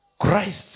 Christ